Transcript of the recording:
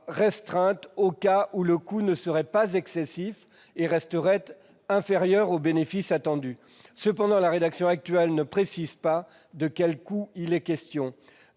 restreinte aux cas où le coût ne sera pas excessif et restera inférieur aux bénéfices attendus. Seulement, le texte actuel ne précise pas de quel coût il est question.